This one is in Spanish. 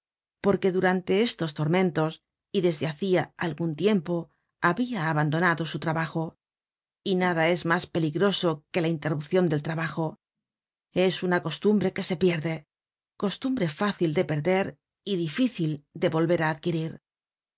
porque durante estos tormentos y desde hacia algun tiempo habia abandonado su trabajo y nada es mas peligroso que la interrupcion del trabajo es una costumbre que se pierde costumbre fácil de perder y difícil de volver á adquirir